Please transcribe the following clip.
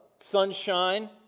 Sunshine